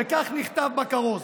וכך נכתב בכרוז: